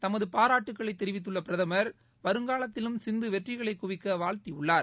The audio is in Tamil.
தமது பாராட்டுகளை தெரிவித்துள்ள பிரதமர் வருங்காலத்திலும் சிந்து வெற்றிகளை குவிக்க வாழ்த்தியுள்ளார்